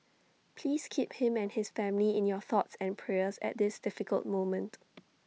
please keep him and his family in your thoughts and prayers at this difficult moment